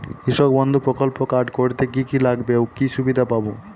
কৃষক বন্ধু প্রকল্প কার্ড করতে কি কি লাগবে ও কি সুবিধা পাব?